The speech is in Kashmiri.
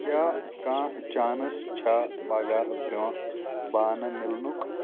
کیٛاہ کانٛہہ چانٕس چھےٚ پگاہ برٛونٛہہ بانہٕ مِلنُکھ